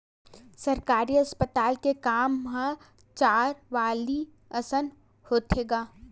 सरकारी अस्पताल के काम ह चारवाली असन होथे गा